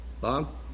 Bob